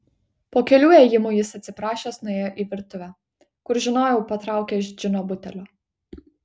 po kelių ėjimų jis atsiprašęs nuėjo į virtuvę kur žinojau patraukė iš džino butelio